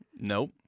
Nope